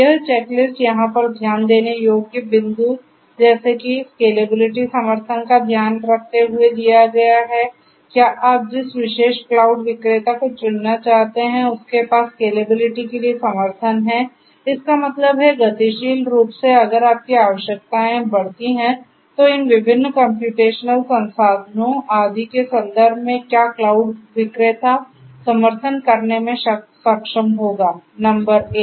यह चेकलिस्ट यहाँ पर ध्यान देने योग्य बिंदु जैसे कि स्केलेबिलिटी समर्थन का ध्यान रखते हुए दिया गया है क्या आप जिस विशेष क्लाउड विक्रेता को चुनना चाहते हैं उसके पास स्केलेबिलिटी के लिए समर्थन है इसका मतलब है गतिशील रूप से अगर आपकी आवश्यकताएं बढ़ती हैं तो इन विभिन्न कम्प्यूटेशनल संसाधनों आदि के संदर्भ में क्या क्लाउड विक्रेता समर्थन करने में सक्षम होगा नंबर 1